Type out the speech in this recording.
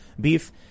beef